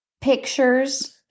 pictures